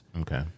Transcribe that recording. Okay